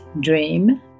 dream